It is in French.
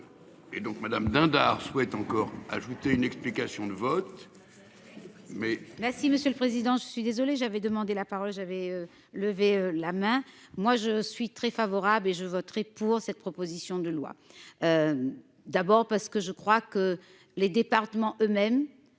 Et donc Madame Dindar souhaite encore ajouté une explication de vote. Mais. Merci monsieur le président, je suis désolé, j'avais demandé la parole, j'avais levé la main, moi je suis très favorable et je voterai pour cette proposition de loi. D'abord parce que je crois que les départements eux-mêmes.